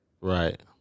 Right